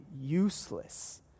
useless